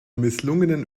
misslungenen